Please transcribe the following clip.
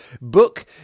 book